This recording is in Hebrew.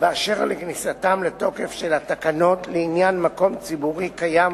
באשר לכניסתן לתוקף של התקנות לעניין מקום ציבורי קיים